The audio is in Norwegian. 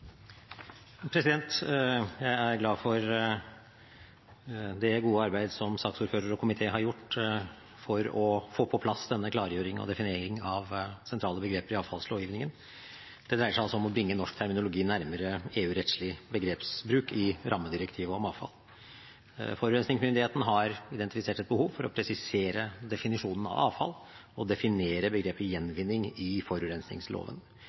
Jeg er glad for det gode arbeidet som saksordføreren og komiteen har gjort for å få på plass denne klargjøring og definering av sentrale begreper i avfallslovgivningen. Det dreier seg altså om å bringe norsk terminologi nærmere EU-rettslig begrepsbruk i rammedirektivet om avfall. Forurensningsmyndigheten har identifisert et behov for å presisere definisjonen av «avfall» og definere begrepet «gjenvinning» i forurensningsloven.